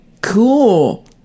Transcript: cool